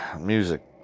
music